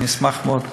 אני אשמח מאוד.